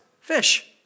fish